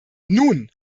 nun